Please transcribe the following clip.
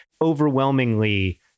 overwhelmingly